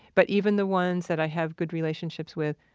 but even the ones that i have good relationships with,